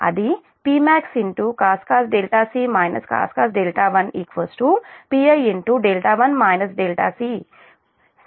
Pmax Pi అనే సంబంధం లభిస్తుంది